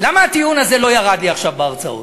למה הטיעון הזה לא ירד לי עכשיו בהרצאות,